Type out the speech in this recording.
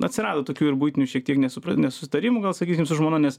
atsirado tokių ir buitinių šiek tiek nesupra nesutarimų gal sakysim su žmona nes